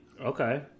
Okay